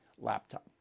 laptop